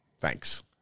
Thanks